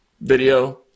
video